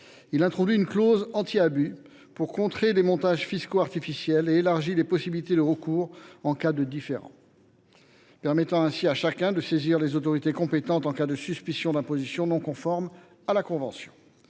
Il introduit une clause anti abus afin de contrer les montages fiscaux artificiels et élargit les possibilités de recours en cas de différend – tout un chacun pourra ainsi saisir les autorités compétentes en cas de suspicion d’imposition non conforme à la convention.